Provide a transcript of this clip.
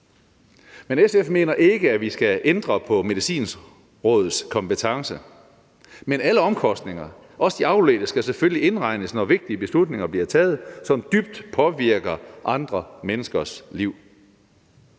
Men SF mener ikke, at vi skal ændre på Medicinrådets kompetence. Alle omkostninger, også de afledte, skal selvfølgelig indregnes, når vigtige beslutninger bliver taget, som dybt påvirker andre menneskers liv.